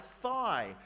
thigh